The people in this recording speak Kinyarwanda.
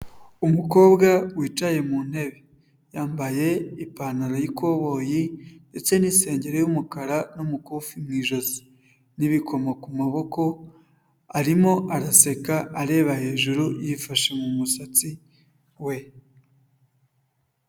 Umukobwa wicaye mu ntebe yambaye ipantaro y'ikoboyi ndetse n'isengeri y'umukara n'umukufi mu ijosi n'ibikoma ku maboko, arimo araseka areba hejuru, yifashe mu musatsi we.